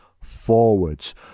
forwards